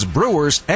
Brewer's